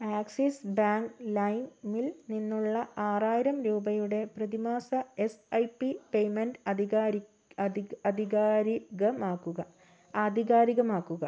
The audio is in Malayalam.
ആക്സിസ് ബാങ്ക് ലൈമിൽ നിന്നുള്ള ആറായിരം രൂപയുടെ പ്രതിമാസ എസ് ഐ പി പേയ്മെന്റ് അധികാരി ആധികാരികമാകുക ആധികാരികമാക്കുക